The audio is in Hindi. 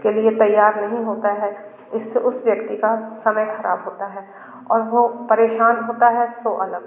के लिए तैयार नहीं होता है इससे उस व्यक्ति का समय ख़राब होता है और वो परेशान होता है सो अलग